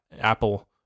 apple